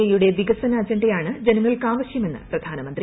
എയുടെ വികസന അജണ്ടയാണ് ജനങ്ങൾക്ക് ആവശ്യമെന്ന് പ്രധാനമന്ത്രി